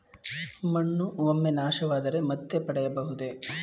ಮಣ್ಣು ಒಮ್ಮೆ ನಾಶವಾದರೆ ಮತ್ತೆ ಪಡೆಯಬಹುದೇ?